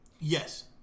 Yes